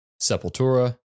Sepultura